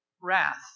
wrath